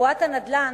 בועת הנדל"ן,